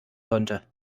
konnte